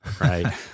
right